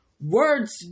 Words